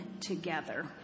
together